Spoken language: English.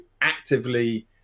actively